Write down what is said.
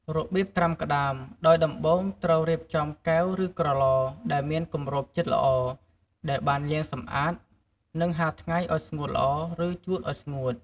របៀបត្រាំក្ដាម ដោយដំបូងត្រូវរៀបចំ កែវ ឬក្រឡ ដែលមានគម្របជិតល្អ ដែលបានលាងសម្អាត និងហាលថ្ងៃឲ្យស្ងួតល្អ ឫជូតឲ្យស្ងួត។